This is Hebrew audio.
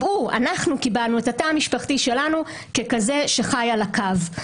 קיבענו את התא המשפחתי שלנו ככזה שחי על הקו.